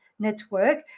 Network